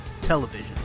television